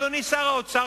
אדוני שר האוצר,